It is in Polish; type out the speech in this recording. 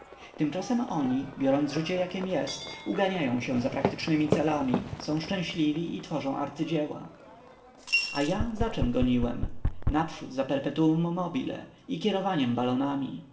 tymczasem oni biorąc życie jakiem jest uganiają się za praktycznemi celami są szczęśliwi i tworzą arcydzieła a ja za czem goniłem najprzód za perpetuum mobile i kierowaniem balonami